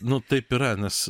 nu taip yra nes